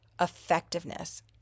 effectiveness